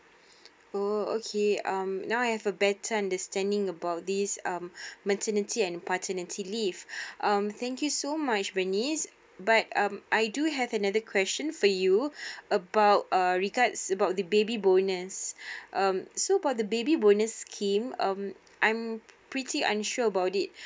oh okay um now I have a better understanding about this um maternity and paternity leave um thank you so much bernice but um I do have another question for you about uh regards about the baby bonus um so about the baby bonus scheme um I am pretty unsure about it